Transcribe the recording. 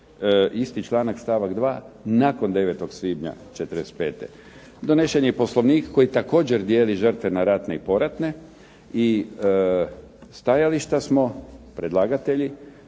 isti članak stavak 2. nakon 9. svibnja '45. Donesen je i Poslovnik koji također dijeli žrtve na ratne i poratne, i stajališta smo, predlagatelji,